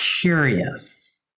curious